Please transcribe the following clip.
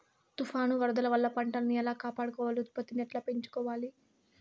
తుఫాను, వరదల వల్ల పంటలని ఎలా కాపాడుకోవాలి, ఉత్పత్తిని ఎట్లా పెంచుకోవాల?